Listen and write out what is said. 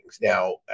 Now